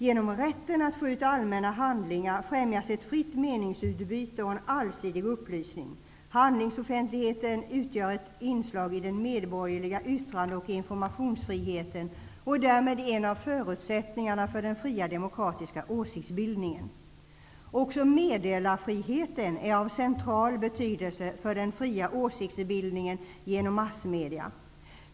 Genom rätten att få ut allmänna handlingar främjas ett fritt meningsutbyte och en allsidig upplysning. Handlingsoffentligheten utgör ett inslag i den medborgerliga yttrande och informationsfriheten och är därmed en av förutsättningarna för den fria demokratiska åsiktsbildningen. Också meddelarfriheten är av central betydelse för den fria åsiktsbildningen genom massmedia.